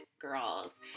girls